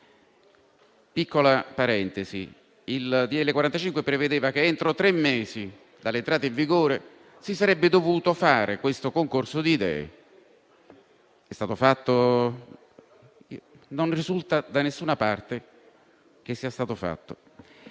del 2021 prevedeva che, entro tre mesi dall'entrata in vigore, si sarebbe dovuto fare questo concorso di idee, ma non risulta da nessuna parte che sia stato fatto.